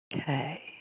Okay